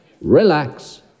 relax